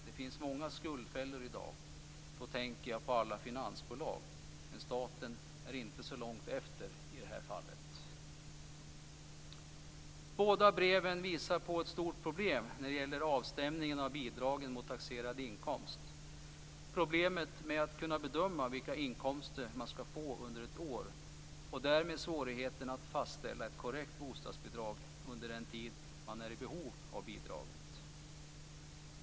Det finns många skuldfällor i dag, då tänker alla på finansbolag, men staten är inte så långt efter i det här fallet." Båda breven visar på ett stort problem när det gäller avstämningen av bidragen mot taxerad inkomst. Problemet är att kunna bedöma vilka inkomster man skall få under ett år och därmed möjligheten att fastställa ett korrekt bostadsbidrag under den tid man är i behov av bidraget.